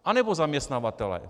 Anebo zaměstnavatelé?